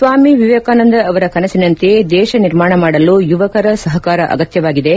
ಸ್ವಾಮಿವೇಕಾನಂದ ಅವರ ಕನಸಿನಂತೆ ದೇಶ ನಿರ್ಮಾಣ ಮಾಡಲು ಯುವಕರ ಸಹಕಾರ ಅಗತ್ಯವಾಗಿದೆ